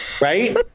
Right